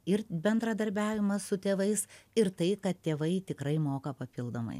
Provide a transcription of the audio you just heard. ir bendradarbiavimas su tėvais ir tai kad tėvai tikrai moka papildomai